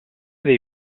dei